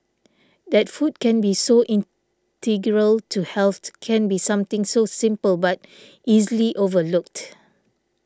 that food can be so integral to health can be something so simple but easily overlooked